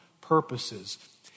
purposes